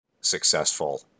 successful